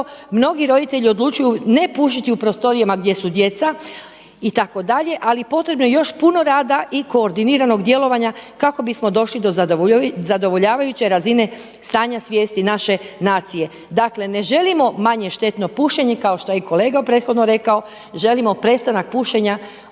Mnogi roditelji odlučuju ne pušiti u prostorijama gdje su djeca itd., ali potrebno je još puno rada i koordiniranog djelovanja kako bismo došli do zadovoljavajuće razine stanja svijesti naše nacije. Dakle ne želimo manje štetno pušenje kao što je kolega prethodno rekao, želimo prestanak pušenja